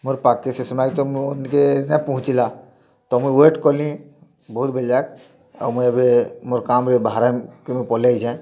ମୋର୍ ପାଖ୍କେ ସେ ସମୟରେ ତ ମୁଇଁ ଟିକେ ନାଇଁ ପହଁଞ୍ଚିଲା ତ ମୁଇଁ ୱେଟ୍ କଲିଁ ବହୁତ୍ ବେଲ୍ ଯାଏ ଆଉ ମୁଇଁ ଏବେ ମୋର୍ କାମ୍ରେ ବାହାର୍କେ ମୁଇଁ ପଲେଇଛେଁ